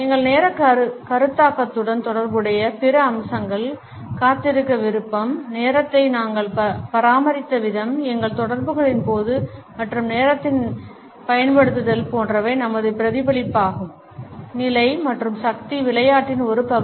எங்கள் நேரக் கருத்தாக்கத்துடன் தொடர்புடைய பிற அம்சங்கள் காத்திருக்க விருப்பம் நேரத்தை நாங்கள் பராமரித்த விதம் எங்கள் தொடர்புகளின் போது மற்றும் நேரத்தின் நேரத்தைப் பயன்படுத்துதல் போன்றவை நமது பிரதிபலிப்பாகும் நிலை மற்றும் சக்தி விளையாட்டின் ஒரு பகுதி